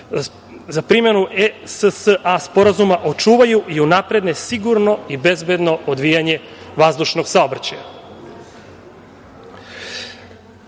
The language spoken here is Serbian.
za primenu ESSA sporazuma očuvaju i unaprede sigurno i bezbedno odvijanje vazdušnog saobraćaja.